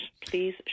please